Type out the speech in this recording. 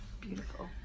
Beautiful